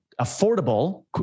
affordable